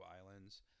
islands